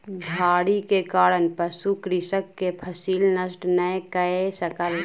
झाड़ी के कारण पशु कृषक के फसिल नष्ट नै कय सकल